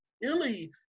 Illy